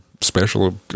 special